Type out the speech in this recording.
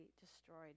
destroyed